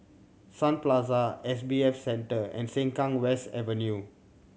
Sun Plaza S B F Center and Sengkang West Avenue